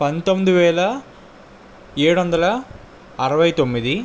పంతొమ్మిది వేల ఏడు వందల అరవై తొమ్మిది